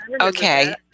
Okay